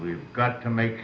we've got to make